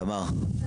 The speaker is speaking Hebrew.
תמר, בבקשה.